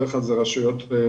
בדרך כלל אלה רשויות מקומיות.